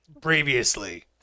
Previously